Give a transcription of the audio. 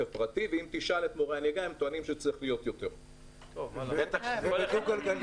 אנחנו ידענו איזה טסטר לוקח למקומות הקשים